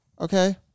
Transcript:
okay